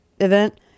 event